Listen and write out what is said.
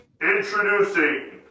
Introducing